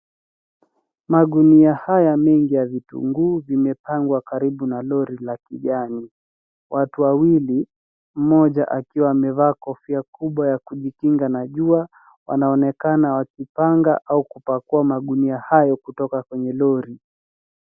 Magunia haya mengi ya vitunguu vimepangwa karibu na lori la kijani, watu wawili mmoja akiwa amevaa kofia kubwa ya kujikinga na jua wanaonekana wakipanga au kupakua magunia hayo kutoka kwenye lori.